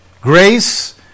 grace